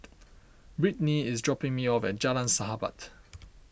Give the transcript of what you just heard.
Britni is dropping me off at Jalan Sahabat